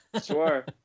Swear